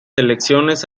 elecciones